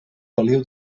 feliu